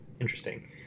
Interesting